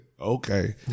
okay